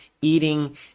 eating